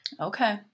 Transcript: Okay